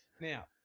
Now